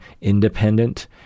independent